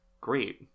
great